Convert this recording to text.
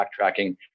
backtracking